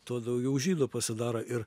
tuo daugiau žydų pasidara ir